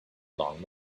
long